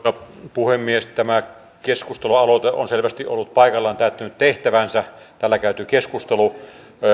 puhemies tämä keskustelualoite on selvästi ollut paikallaan on täyttänyt tehtävänsä täällä käyty keskustelu